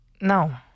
No